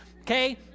okay